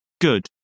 Good